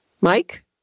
Mike